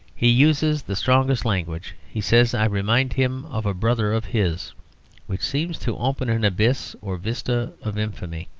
he uses the strongest language. he says i remind him of a brother of his which seems to open an abyss or vista of infamy.